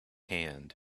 hand